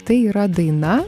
tai yra daina